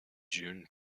june